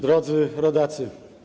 Drodzy Rodacy!